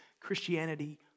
Christianity